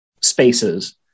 spaces